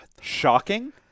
shocking